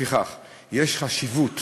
לפיכך יש חשיבות